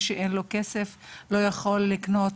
מי שאין לו כסף לא יכול להרשות לעצמו לקנות,